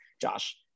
josh